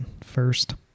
first